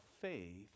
faith